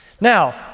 Now